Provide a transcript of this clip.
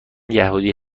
یهودی